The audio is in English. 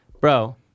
bro